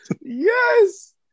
yes